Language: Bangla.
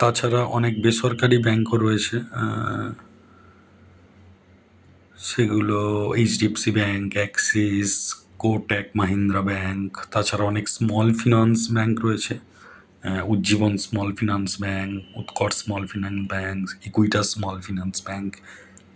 তাছাড়া অনেক বেসরকারি ব্যাংকও রয়েছে সেগুলো H D F C bank Axis Kotak Mahindra bank তাছাড়া অনেক স্মল ফিনান্স ব্যাংক রয়েছে Ujjivan small finance bank Utkarsh small finance bank Equitas small finance bank